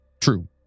True